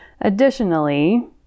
additionally